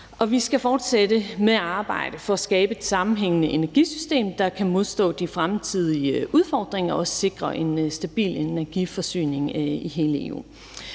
vi skal fortsætte med at arbejde for at skabe et sammenhængende energisystem, der kan modstå de fremtidige udfordringer og sikre en stabil energiforsyning i hele EU.